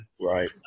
Right